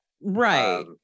Right